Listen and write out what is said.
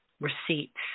receipts